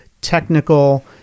technical